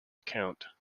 account